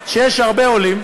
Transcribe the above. הכנסת סופה לנדבר,